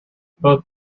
both